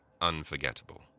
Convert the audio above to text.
unforgettable